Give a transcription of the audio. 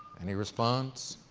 any response?